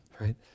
right